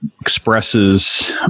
expresses